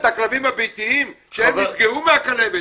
הכלבת, הכלבים הביתיים שנפגעו מהכלבת?